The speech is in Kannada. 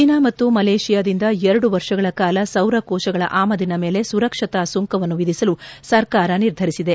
ಚೀನಾ ಮತ್ತು ಮಲೇಷಿಯಾದಿಂದ ಎರಡು ವರ್ಷಗಳ ಕಾಲ ಸೌರ ಕೋಶಗಳ ಆಮದಿನ ಮೇಲೆ ಸುರಕ್ಷತಾ ಸುಂಕವನ್ನು ವಿಧಿಸಲು ಸರ್ಕಾರ ನಿರ್ಧರಿಸಿದೆ